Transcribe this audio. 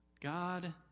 God